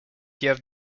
have